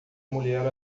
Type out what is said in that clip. mulher